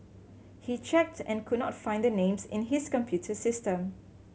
he checks and could not find the names in his computer system